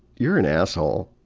you're an asshole.